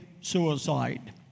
suicide